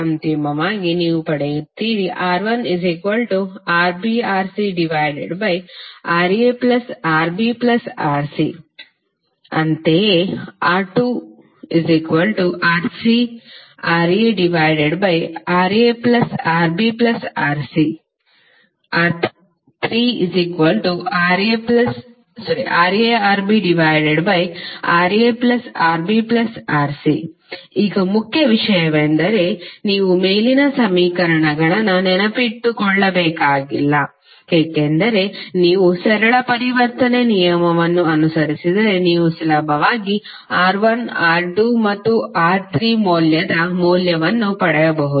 ಅಂತಿಮವಾಗಿ ನೀವು ಪಡೆಯುತ್ತೀರಿ R1RbRcRaRbRc ಅಂತೆಯೇ R2RcRaRaRbRc R3RaRbRaRbRc ಈಗ ಮುಖ್ಯ ವಿಷಯವೆಂದರೆ ನೀವು ಮೇಲಿನ ಸಮೀಕರಣಗಳನ್ನು ನೆನಪಿಟ್ಟುಕೊಳ್ಳಬೇಕಾಗಿಲ್ಲ ಏಕೆಂದರೆ ನೀವು ಸರಳ ಪರಿವರ್ತನೆ ನಿಯಮವನ್ನು ಅನುಸರಿಸಿದರೆ ನೀವು ಸುಲಭವಾಗಿ R1 R2 ಮತ್ತು R3 ಮೌಲ್ಯದ ಮೌಲ್ಯವನ್ನು ಪಡೆಯಬಹುದು